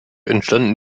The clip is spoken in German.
entstanden